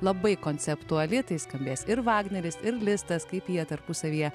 labai konceptuali tai skambės ir vagneris ir listas kaip jie tarpusavyje